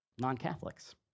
non-Catholics